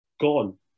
gone